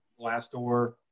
Glassdoor